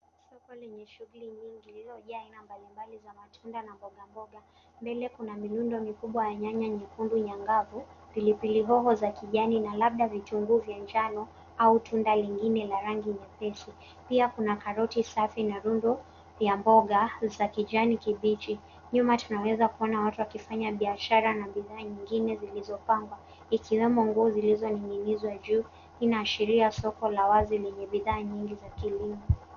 Soko lenye shughuli nyingi lililojaa aina mbalimbali za matunda na mboga, mboga. Mbele kuna milundo mikubwa ya nyanya nyekundu nyangavu, pilipili hoho za kijani na labda vitunguu vya njano au tunda lingine la rangi nyepesi. Pia kuna karoti safi na rundo ya mboga za kijani kibichi. Nyuma tunaweza kuona watu wakifanya biashara na bidhaa nyingine zilizopangwa, ikiwemo nguo zilizoning'inizwa juu. Hii inaashiria soko la wazi lenye bidhaa nyingi za kilimo.